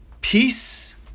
peace